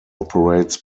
operates